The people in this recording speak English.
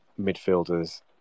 midfielders